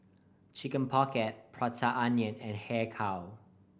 Chicken Pocket Prata Onion and Har Kow